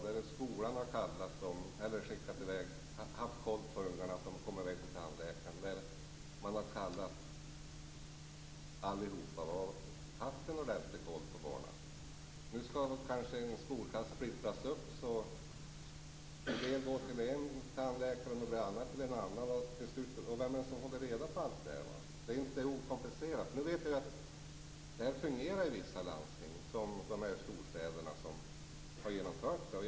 Det är skolan som har haft koll på att barnen kommer i väg till tandläkaren. Alla barn har blivit kallade. Nu skall kanske en skolklass splittras upp så att några barn går till en tandläkare och några till en annan. Vem är det då som håller reda på alltihop? Det hela är inte okomplicerat. Det kan fungera i vissa landsting, såsom i storstäderna där systemet är genomfört.